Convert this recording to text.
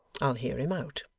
i'll hear him out